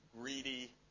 greedy